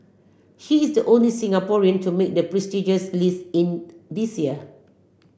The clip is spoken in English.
he is the only Singaporean to make the prestigious list in this year